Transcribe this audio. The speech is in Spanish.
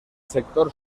sector